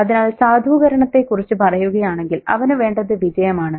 അതിനാൽ സാധൂകരണത്തെക്കുറിച്ച് പറയുകയാണെങ്കിൽ അവനു വേണ്ടത് വിജയമാണ്